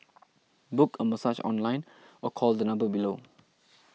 book a massage online or call the number below